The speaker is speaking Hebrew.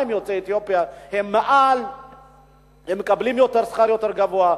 יוצאי אתיופיה מקבלים שכר יותר גבוה.